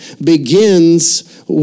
begins